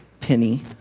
penny